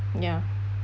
ya